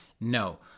No